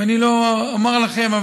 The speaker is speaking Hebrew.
ואני לא אומר לכם,